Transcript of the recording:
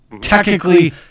technically